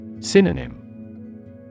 Synonym